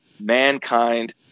mankind